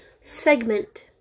segment